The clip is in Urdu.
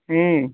ہوں